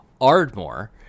Ardmore